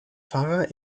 pfarrer